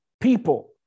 people